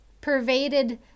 pervaded